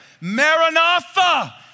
Maranatha